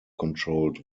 controlled